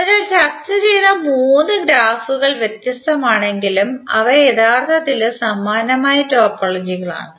അതിനാൽ ചർച്ച ചെയ്ത മൂന്ന് ഗ്രാഫുകൾ വ്യത്യസ്തമാണെങ്കിലും അവ യഥാർത്ഥത്തിൽ സമാനമായ ടോപ്പോളജികളാണ്